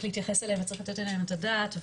להתייחס אליהם וצריך לתת עליהם את הדעת,